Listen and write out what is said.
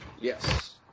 Yes